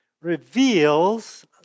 reveals